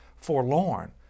forlorn